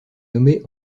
nommée